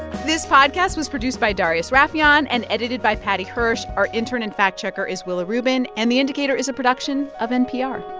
this podcast was produced by darius rafieyan and edited by paddy hirsch. our intern and fact-checker is willa rubin. and the indicator is a production of npr